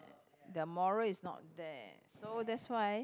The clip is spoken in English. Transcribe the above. the moral is not there so that's why